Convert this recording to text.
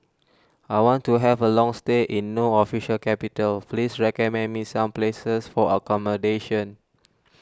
I want to have a long stay in No Official Capital please recommend me some places for accommodation